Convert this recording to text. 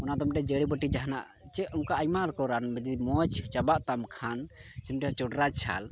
ᱚᱱᱟᱫᱚ ᱢᱤᱫᱴᱮᱡ ᱡᱟᱹᱲᱤᱵᱟᱹᱴᱤ ᱡᱟᱦᱟᱱᱟᱜ ᱪᱮᱫ ᱚᱱᱠᱟ ᱟᱭᱢᱟ ᱨᱚᱠᱚᱢ ᱨᱟᱱ ᱡᱩᱫᱤ ᱢᱚᱡᱽ ᱪᱟᱵᱟᱜ ᱛᱟᱢ ᱠᱷᱟᱱ ᱥᱮ ᱢᱤᱫᱴᱮᱱ ᱪᱚᱰᱨᱟ ᱪᱷᱟᱞ